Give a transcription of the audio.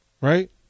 right